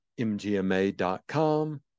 mgma.com